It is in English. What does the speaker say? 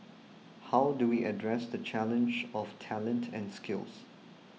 how do we address the challenge of talent and skills